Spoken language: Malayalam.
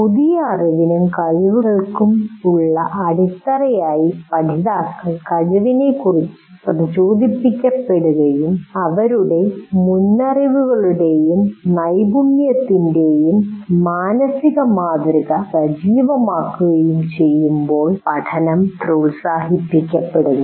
പുതിയ അറിവിനും കഴിവുകൾക്കുമുള്ള അടിത്തറയായി പഠിതാക്കൾ കഴിവിനെക്കുറിച്ച് പ്രചോദിപ്പിക്കപെടുകയും അവരുടെ മുൻഅറിവുകളുടെയും നൈപുണ്യത്തിന്റെയും മാനസിക മാതൃക സജീവമാക്കുകയും ചെയ്യുമ്പോൾ പഠനം പ്രോത്സാഹിപ്പിക്കപ്പെടുന്നു